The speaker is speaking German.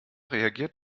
reagiert